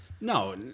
No